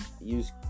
Use